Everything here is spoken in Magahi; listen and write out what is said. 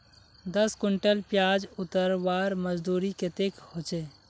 दस कुंटल प्याज उतरवार मजदूरी कतेक होचए?